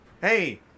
Hey